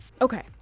Okay